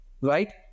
Right